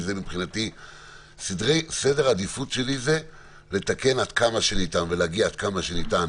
מבחינתי סדר העדיפות שלי זה לתקן עד כמה שניתן ולהגיע עד כמה שניתן